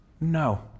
No